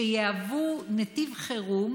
שיהוו נתיב חירום